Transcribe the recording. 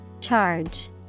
Charge